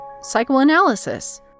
psychoanalysis